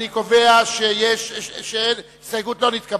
אני קובע שההסתייגות לא נתקבלה.